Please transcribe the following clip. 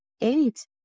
eight